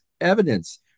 evidence